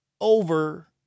over